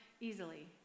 easily